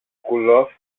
κουλός